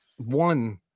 one